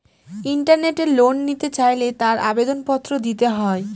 ইন্টারনেটে লোন নিতে চাইলে তার আবেদন পত্র দিতে হয়